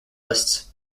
lists